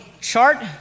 chart